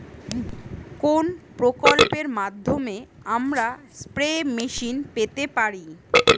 কোন প্রকল্পের মাধ্যমে আমরা স্প্রে মেশিন পেতে পারি?